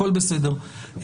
הכול בסדר...